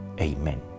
Amen